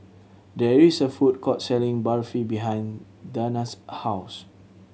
there is a food court selling Barfi behind Dana's house